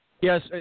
Yes